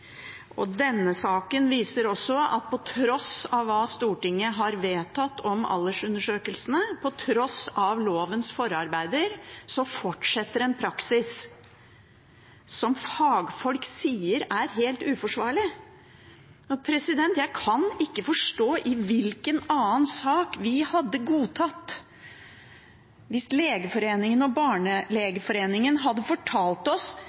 det. Denne saken viser også at på tross av hva Stortinget har vedtatt om aldersundersøkelsene, på tross av lovens forarbeider, fortsetter en praksis som fagfolk sier er helt uforsvarlig. Jeg kan ikke forstå i hvilken annen sak vi hadde godtatt dette, hvis Legeforeningen og Norsk barnelegeforening hadde fortalt oss